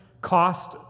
cost